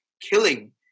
killing